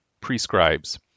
prescribes